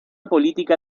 política